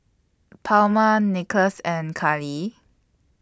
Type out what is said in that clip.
Palma Nicklaus and Kali